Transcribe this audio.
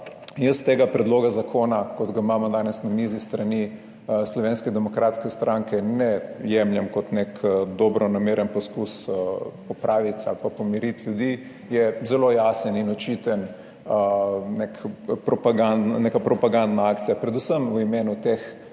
jaz tega predloga zakona kot ga imamo danes na mizi s strani Slovenske demokratske stranke ne jemljem kot nek dobronameren poskus popraviti ali pa pomiriti ljudi, je zelo jasen in očiten nek propagande, neka propagandna akcija, predvsem v imenu teh